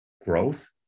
growth